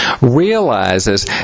realizes